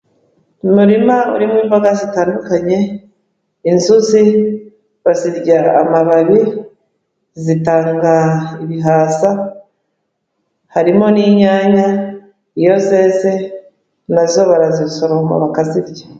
Umurima urimo imbaga zitandukanye, inzuzi bazirya amababi, zitanga ibihaza, harimo n'inyanya, iyo zeze nazo barazisoroma bakazirya.